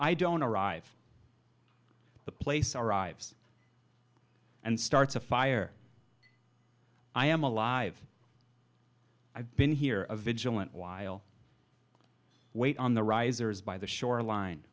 i don't arrive at the place arrives and starts a fire i am alive i've been here a vigilant while i wait on the risers by the shoreline